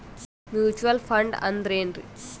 Mutual fund ಅಂದ್ರೆನ್ರಿ?